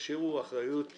תשאירו אחריות מקצועית,